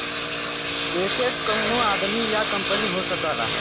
asset कउनो आदमी या कंपनी हो सकला